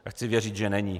A chci věřit, že není.